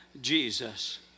Jesus